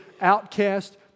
outcast